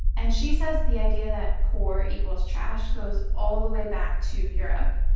and she says the idea that poor equals trash goes all the way back to europe.